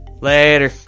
Later